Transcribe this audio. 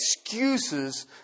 excuses